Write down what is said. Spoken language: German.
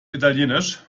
italienisch